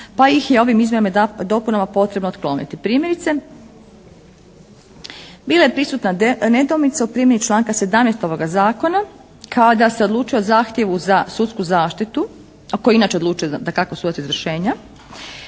pa ih je ovim izmjenama i dopunama potrebno otkloniti. Primjerice, bila je prisutna nedoumica u primjeni članka 17. ovoga zakona, kada se odlučuje o zahtjevu za sudsku zaštitu, o kojoj inače odlučuje dakako sudac izvršenja,